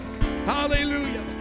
hallelujah